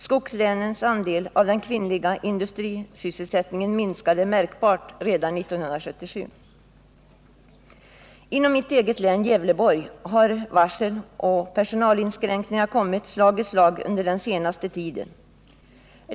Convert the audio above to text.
Skogslänens andel av den kvinnliga industrisysselsättningen minskade märkbart redan 1977. Inom mitt eget län, Gävleborgs län, har varsel och personalinskränkningar kommit slag i slag under den senaste tiden.